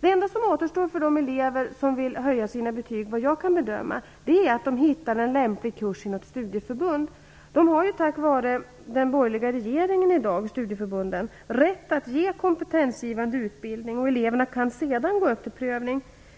Det enda som återstår för de elever som vill höja sina betyg är, såvitt jag kan bedöma, att de hittar en lämplig kurs i något studieförbund. Studieförbunden har tack vare den borgerliga regeringen i dag rätt att ge kompetensgivande utbildning, och eleverna kan sedan gå upp till prövning.